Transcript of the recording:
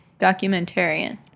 documentarian